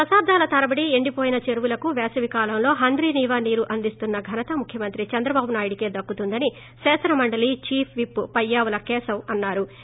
దశాబ్గాల తరబడి ఎండిపోయిన చెరువులకు పేసవికాలంలో హంద్రీనీవా నీరు అందిస్తున్న ఘనత ముఖ్యమంత్రి చంద్రబాబు నాయుడుకే దక్కుతుందని శాసనమండలి చీఫ్ విప్ పయ్యావుల కేశవ్ అన్నా రు